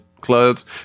clothes